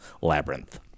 Labyrinth